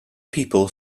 people